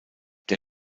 der